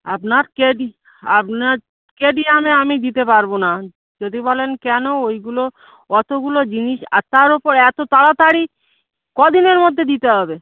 আপনার কেডি আপনার কেডিয়ামে আমি দিতে পারবো না যদি বলেন কেন ওইগুলো অতগুলো জিনিস আর তার উপর এতো তাড়াতাড়ি কদিনের মধ্যে দিতে হবে